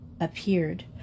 appeared